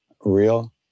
real